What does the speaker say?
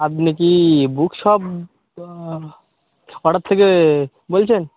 আপনি কি book shop পাড়ার থেকে বলছেন